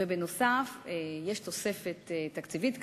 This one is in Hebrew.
ובנוסף, יש תוספת תקציבית.